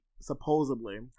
Supposedly